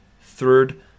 third